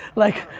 like,